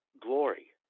glory